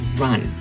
run